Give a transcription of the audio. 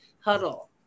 huddle